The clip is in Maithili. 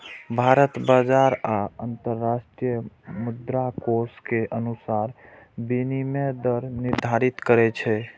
भारत बाजार आ अंतरराष्ट्रीय मुद्राकोष के अनुसार विनिमय दर निर्धारित करै छै